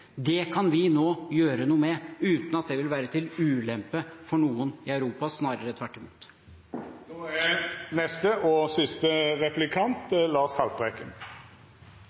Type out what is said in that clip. Det kan vi nå gjøre noe med uten at det vil være til ulempe for noen i Europa – snarere tvert imot.